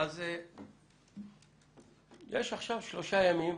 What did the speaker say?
יש עכשיו שלושה ימים,